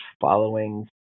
following